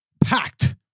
packed